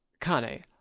Kane